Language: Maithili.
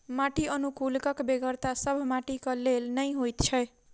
माटि अनुकुलकक बेगरता सभ माटिक लेल नै होइत छै